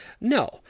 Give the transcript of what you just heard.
No